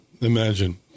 imagine